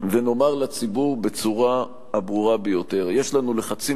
ונאמר לציבור בצורה הברורה ביותר: יש עלינו לחצים